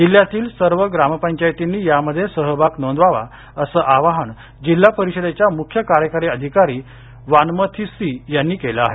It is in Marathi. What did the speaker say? जिल्ह्यातील सर्व ग्रामपंचायतींनी यामध्ये सहभाग नोंदवावा असं आवाहन जिल्हा परिषदेच्या मुख्य कार्यकारी अधिकारी वान्मथी सी यांनी केलं आहे